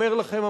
אומר לכם,